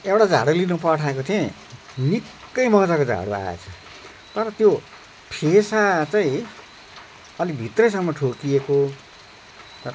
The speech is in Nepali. एउटा झाडु लिनु पठाएको थिएँ निकै मजाको झाडु आएछ तर त्यो फेसा चाहिँ अलिक भित्रैसम्म ठोकिएको